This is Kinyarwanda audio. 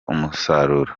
umusaruro